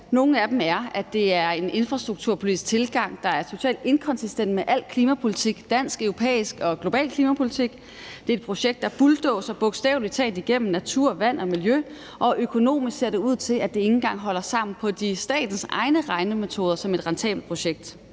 Nogle af dem er, at det er en infrastrukturpolitisk tilgang, der er totalt inkonsistent med al klimapolitik – dansk, europæisk og global klimapolitik. Det er et projekt, der bogstavelig talt bulldozer igennem natur, vand og miljø, og økonomisk ser det med statens egne regnemetoder ud til, at det ikke engang holder som et rentabelt projekt.